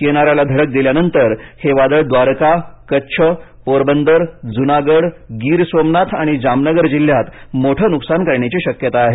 किनाऱ्याला धडक दिल्यानंतर वादळ द्वारका कच्छ पोरबंदर जुनागड गीर सोमनाथ आणि जामनगर जिल्ह्यात मोठं नुकसान करण्याची शक्यता आहे